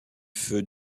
feu